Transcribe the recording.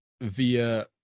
Via